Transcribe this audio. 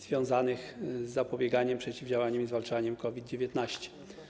związanych z zapobieganiem, przeciwdziałaniem i zwalczaniem COVID-19.